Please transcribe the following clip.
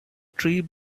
tree